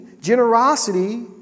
generosity